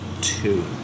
two